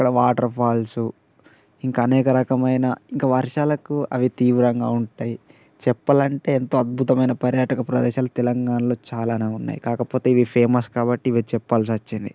అక్కడ water falls ఇంకా అనేక రకమైన ఇంక వర్షాలకు అవి తీవ్రంగా ఉంటాయి చెప్పాలంటే ఎంతో అద్భుతమైన పర్యాటక ప్రదేశాలు తెలంగాణలో చాలా ఉన్నాయి కాకపోతే ఇవి ఫేమస్ కాబట్టి ఇవి చెప్పాల్సి వచ్చింది